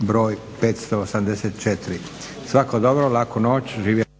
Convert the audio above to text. br. 584. Svako dobro! Laku noć! Živjeli!